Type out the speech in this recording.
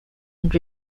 and